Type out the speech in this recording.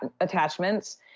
attachments